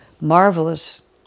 marvelous